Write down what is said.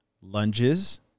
lunges